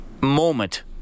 moment